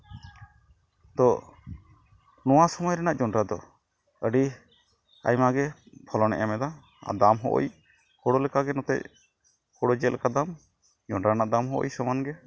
ᱛᱚ ᱱᱚᱣᱟ ᱥᱚᱢᱚᱭ ᱨᱮᱱᱟᱜ ᱡᱚᱱᱰᱨᱟ ᱫᱚ ᱟᱹᱰᱤ ᱟᱭᱢᱟ ᱜᱮ ᱯᱷᱚᱞᱚᱱᱮ ᱮᱢᱮᱫᱟ ᱟᱨ ᱫᱟᱢ ᱦᱚᱸ ᱳᱭ ᱦᱳᱲᱳ ᱞᱮᱠᱟᱜᱮ ᱱᱚᱛᱮ ᱦᱳᱲᱳ ᱪᱮᱫ ᱞᱮᱠᱟ ᱫᱟᱢ ᱡᱚᱱᱰᱨᱟ ᱨᱮᱱᱟᱜ ᱫᱟᱢ ᱦᱚᱸ ᱳᱭ ᱥᱚᱢᱟᱱ ᱜᱮ